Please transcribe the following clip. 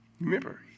Remember